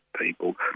people